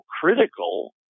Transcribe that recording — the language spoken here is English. critical